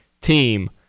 team